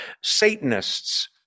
Satanists